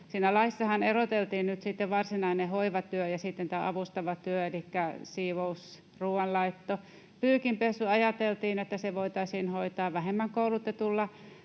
Laissahan eroteltiin nyt varsinainen hoivatyö ja sitten tämä avustava työ elikkä siivous, ruoanlaitto, pyykinpesu. Ajateltiin, että se voitaisiin hoitaa vähemmän koulutetulla